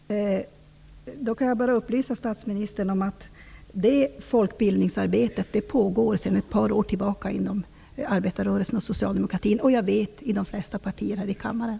Fru talman! Jag kan då upplysa statsministern om att det folkbildningsarbetet sedan ett par år tillbaka pågår inom arbetarrörelsen och socialdemokratin och -- det vet jag -- i de flesta partier här i kammaren.